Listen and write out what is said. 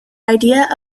idea